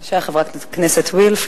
בבקשה, חברת הכנסת וילף.